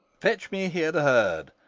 fetch me here the herd,